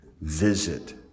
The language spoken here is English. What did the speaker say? visit